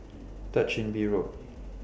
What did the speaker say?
Third Chin Bee Road